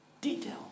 Detail